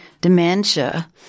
dementia